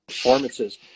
performances